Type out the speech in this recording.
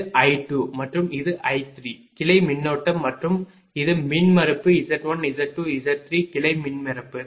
இது I2 மற்றும் இது I3 கிளை மின்னோட்டம் மற்றும் இது மின்மறுப்பு Z1Z2Z3 கிளை மின்மறுப்பு